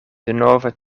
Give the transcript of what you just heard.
denove